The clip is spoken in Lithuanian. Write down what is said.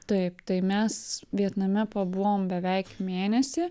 taip tai mes vietname pabuvom beveik mėnesį